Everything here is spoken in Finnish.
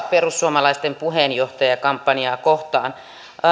perussuomalaisten puheenjohtajakampanjaa kohtaan